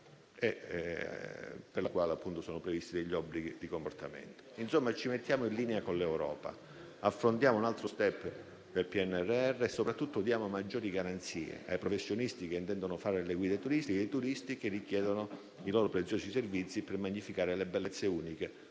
per la quale sono appunto previsti obblighi di comportamento. Insomma, ci mettiamo in linea con l'Europa, affrontiamo un altro *step* del PNRR e soprattutto diamo maggiori garanzie ai professionisti che intendono fare le guide turistiche e ai turisti che richiedono i loro preziosi servizi per magnificare le bellezze uniche,